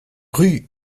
rue